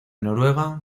noruega